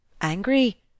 Angry